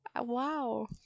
Wow